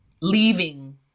leaving